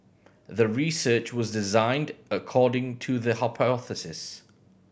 the research was designed according to the hypothesis